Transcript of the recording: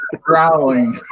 growling